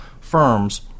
firms